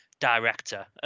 director